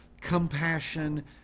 compassion